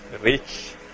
rich